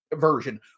version